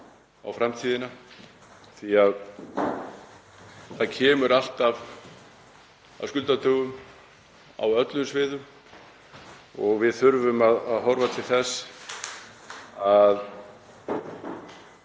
í framtíðina af því að það kemur alltaf að skuldadögum á öllum sviðum. Við þurfum að horfa til þess að